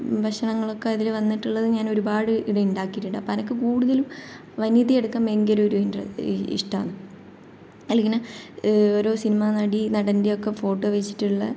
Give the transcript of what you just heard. ഭക്ഷണങ്ങളൊക്കെ അതിൽ വന്നിട്ടുള്ളത് ഞാൻ ഒരുപാട് ഇവിടെ ഉണ്ടാക്കിയിട്ടുണ്ട് അപ്പോൾ എനിക്ക് കൂടുതലും വനിത എടുക്കാൻ ഭയങ്കര ഒരു ഇഷ്ടമാണ് അതിലിങ്ങനെ ഓരോ സിനിമ നടി നടൻ്റെയൊക്കെ ഫോട്ടോ വച്ചിട്ടുള്ള